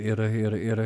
ir ir ir